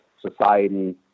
society